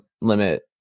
limit